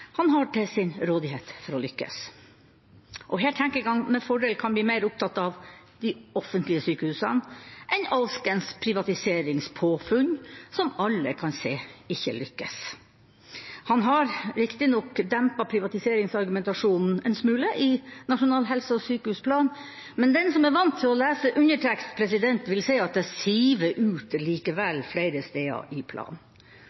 han har til sin rådighet for å lykkes. Her kan han med fordel bli mer opptatt av de offentlige sykehusene enn alskens privatiseringspåfunn – som alle kan se ikke lykkes. Han har riktignok dempet privatiseringsargumentasjonen en smule i Nasjonal helse- og sykehusplan, men den som er vant til å lese undertekst, vil se at det siver ut likevel,